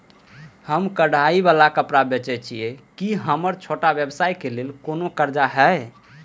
हम कढ़ाई वाला कपड़ा बेचय छिये, की हमर छोटा व्यवसाय के लिये कोनो कर्जा है?